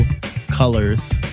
colors